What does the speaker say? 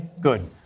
Good